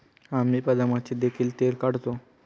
आम्ही बदामाचे देखील तेल काढतो